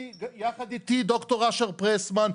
יחד איתי ד"ר אשר פרסמן,